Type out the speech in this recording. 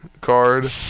card